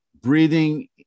Breathing